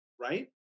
Right